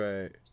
Right